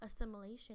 assimilation